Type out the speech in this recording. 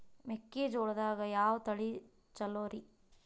ಮೆಕ್ಕಿಜೋಳದಾಗ ಯಾವ ತಳಿ ಛಲೋರಿ?